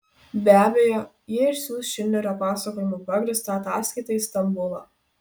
be abejo jie išsiųs šindlerio pasakojimu pagrįstą ataskaitą į stambulą